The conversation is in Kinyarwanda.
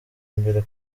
imbere